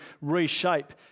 reshape